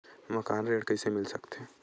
मकान ऋण कइसे मिल सकथे?